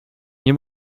nie